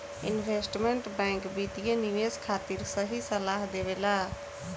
investment bank वित्तीय निवेश खातिर सही सलाह देबेला